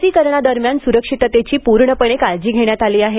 लसीकरणादरम्यान सुरक्षिततेची प्रर्णपणे काळजी घेण्यात आली आहे